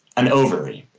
an ovary,